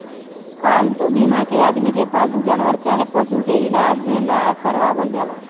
पालतू बीमा के आदमी के पालतू जानवर चाहे पशु के इलाज ला करावल जाला